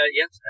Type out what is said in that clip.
yes